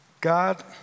God